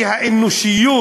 כי האנושיות,